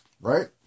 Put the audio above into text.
right